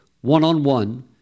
one-on-one